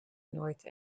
north